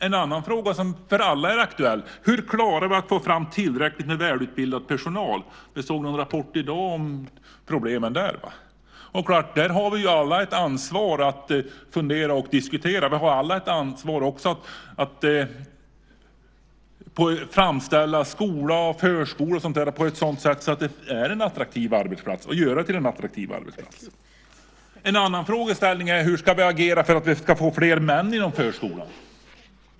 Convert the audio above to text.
En annan fråga som är aktuell för alla är: Hur klarar vi att få fram tillräckligt med välutbildad personal? Vi såg någon rapport i dag om problemen. Där har vi alla ett ansvar att fundera och diskutera. Vi har alla också ett ansvar att framställa skola och förskola som en attraktiv arbetsplats och att göra dem till en attraktiv arbetsplats. En annan frågeställning är: Hur ska vi agera för att vi ska få fler män inom förskolan?